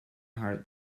heart